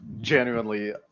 genuinely